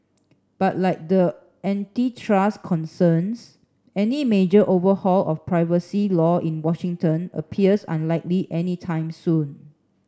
but like the antitrust concerns any major overhaul of privacy law in Washington appears unlikely anytime soon